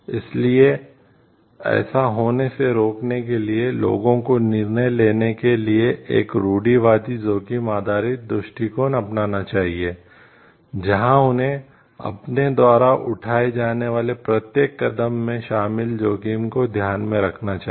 इसलिए ऐसा होने से रोकने के लिए लोगों को निर्णय लेने के लिए एक रूढ़िवादी जोखिम आधारित दृष्टिकोण अपनाना चाहिए जहां उन्हें अपने द्वारा उठाए जाने वाले प्रत्येक कदम में शामिल जोखिमों को ध्यान में रखना होगा